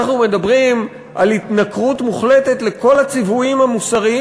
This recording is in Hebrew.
אנחנו מדברים על התנכרות מוחלטת לכל הציוויים המוסריים